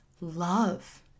love